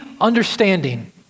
understanding